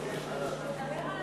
תדבר על,